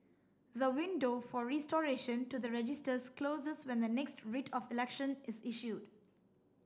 the window for restoration to the registers closes when the next Writ of Election is issued